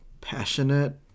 passionate